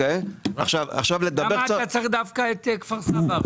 למה אתה צריך דווקא את כפר סבא?